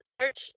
search